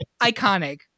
iconic